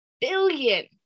billion